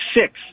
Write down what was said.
Six